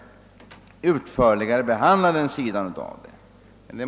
Där behandlas denna sida av frågan något utförligare.